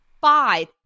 five